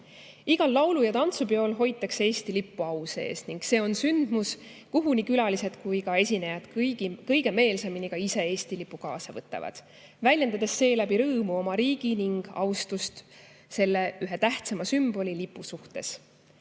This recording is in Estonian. Igal laulu- ja tantsupeol hoitakse Eesti lippu au sees ning see on sündmus, kuhu nii külalised kui ka esinejad kõige meelsamini ka ise Eesti lipu kaasa võtavad, väljendades seeläbi rõõmu oma riigi ning austust selle ühe tähtsama sümboli – lipu – suhtes.